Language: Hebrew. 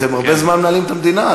אתם הרבה זמן מנהלים את המדינה,